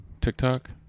tiktok